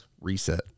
reset